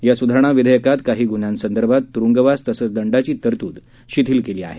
या सुधारणा विधेयकामध्ये काही गुन्ह्यासंदर्भात तुरुंगवास तसंच दंडाची तरतूद शिथिल केली आहे